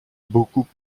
beaucoup